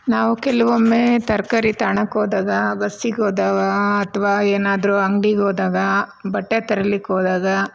ನಾವು ಕೆಲವೊಮ್ಮೆ ತರಕಾರಿ ತಾಣಕ್ ಹೋದಾಗ ಬಸ್ಸಿಗೆ ಹೋದಾವಾ ಅಥವಾ ಏನಾದರೂ ಅಂಗಡಿಗೆ ಹೋದಾಗ ಬಟ್ಟೆ ತರಲಿಕ್ಕೆ ಹೋದಾಗ